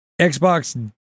Xbox